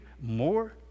more